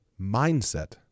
Mindset